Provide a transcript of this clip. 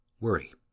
worry